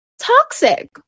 toxic